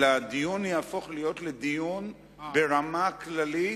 אלא הדיון יהפוך להיות לדיון ברמה כללית,